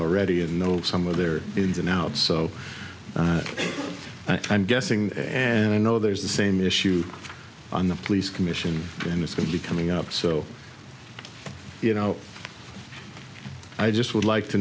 already and know some of their ins and outs so i'm guessing and i know there's the same issue on the police commission and it's going to be coming up so you know i just would like to